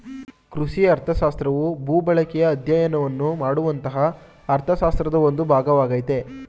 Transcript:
ಕೃಷಿ ಅರ್ಥಶಾಸ್ತ್ರವು ಭೂಬಳಕೆಯ ಅಧ್ಯಯನವನ್ನು ಮಾಡುವಂತಹ ಅರ್ಥಶಾಸ್ತ್ರದ ಒಂದು ಭಾಗವಾಗಯ್ತೆ